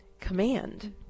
command